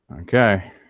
Okay